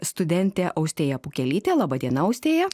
studentė austėja pukelytė laba diena austėja